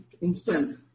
instance